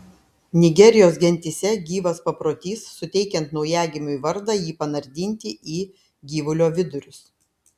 nigerijos gentyse gyvas paprotys suteikiant naujagimiui vardą jį panardinti į gyvulio vidurius